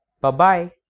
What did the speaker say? bye-bye